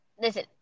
Listen